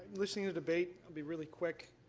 listening to debate i'll be really quick.